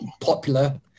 popular